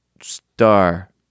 star